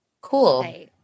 Cool